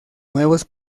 nuevos